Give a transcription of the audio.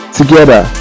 together